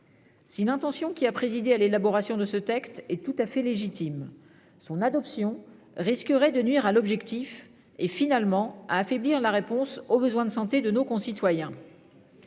Si l'intention qui a présidé à l'élaboration de ce texte est tout à fait légitime, son adoption risquerait de nuire à l'objectif fixé, et finalement d'affaiblir la réponse aux besoins de santé de nos concitoyens.